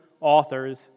authors